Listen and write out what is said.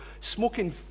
smoking